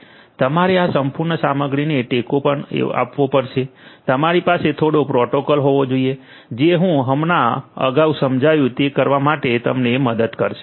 તમારે આ સંપૂર્ણ સામગ્રીને ટેકો પણ આપવો પડશે તમારી પાસે થોડો પ્રોટોકોલ હોવો જોઈએ જે હું હમણાં અગાઉ સમજાયું તે કરવા માટે તમને મદદ કરશે